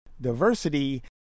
diversity